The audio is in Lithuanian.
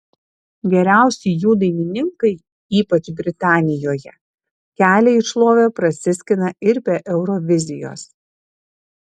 geriausi jų dainininkai ypač britanijoje kelią į šlovę prasiskina ir be eurovizijos